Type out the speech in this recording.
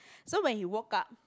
so when he woke up